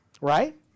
Right